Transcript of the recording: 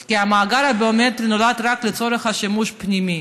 כי המאגר הביומטרי נולד רק לצורך שימוש פנימי.